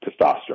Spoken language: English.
testosterone